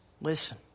Listen